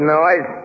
noise